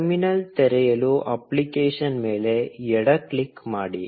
terminal ತೆರೆಯಲು application ಮೇಲೆ ಎಡ ಕ್ಲಿಕ್ ಮಾಡಿ